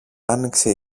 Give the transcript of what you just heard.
άνοιξε